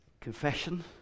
confession